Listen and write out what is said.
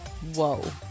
Whoa